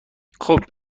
خوب